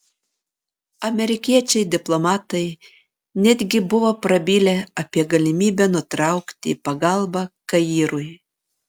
amerikiečiai diplomatai netgi buvo prabilę apie galimybę nutraukti pagalbą kairui